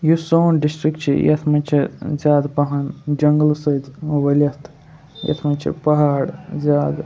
یُس سون ڈِسٹِرٛک چھِ یَتھ منٛز چھِ زیادٕ پَہَن جنٛگلہٕ سۭتۍ ؤلِتھ یَتھ منٛز چھِ پہاڑ زیادٕ